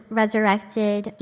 resurrected